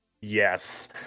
Yes